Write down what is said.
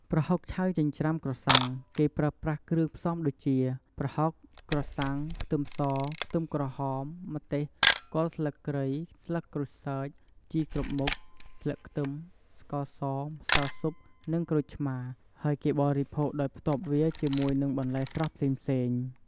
ប្រហុកឆៅចិញ្ច្រាំក្រសាំង គេប្រើប្រាស់គ្រឿងផ្សំដូចជា ប្រហុក ក្រសាំង ខ្ទឹមស ខ្ទឹមក្រហម ម្ទេស គល់ស្លឹកគ្រៃ ស្លឹកក្រូចសើច ជីគ្រប់មុខ ស្លឹកខ្ទឹម ស្ករស ម្សៅស៊ុប និងក្រូចឆ្មារ ហើយគេបរិភោគដោយផ្ទាប់វាជាមួយនិងបន្លែស្រស់ផ្សេងៗ។